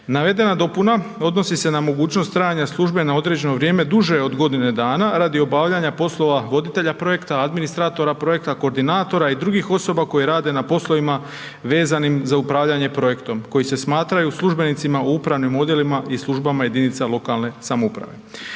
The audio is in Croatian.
Navedena dopuna odnosi se na mogućnost trajanja službe na određeno vrijeme duže od godine dana radi obavljanja poslova voditelja projekta, administratora projekta, koordinatora i drugih osoba koje rade na poslovima vezanim za upravljanje projektom koji se smatraju službenicima u upravnim djelima i službama jedinica lokalne samouprave.